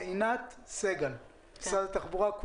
עינת סגל ממשרד התחבורה.